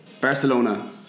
Barcelona